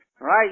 Right